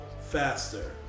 faster